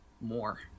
more